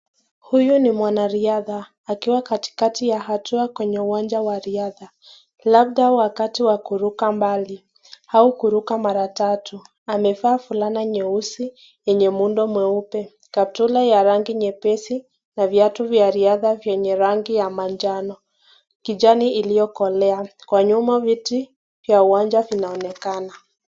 Huyu ni mwana riatha akiwa katikati ya atua ya riatha. Labda wakati wa kuruka mbali au kuruka mara tatu. Amevaa fulana nyeusi yenye muunda mweupe. Kaptula ya rangi nyepesi na viatu vya riatha vyenye rangi ya manjano. Kijani iliokolea, kwa nyuma miti vya uanja vinaonekana.